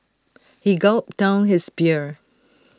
he gulped down his beer